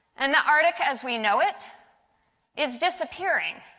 and the arctic as we know it is disappearing.